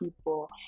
people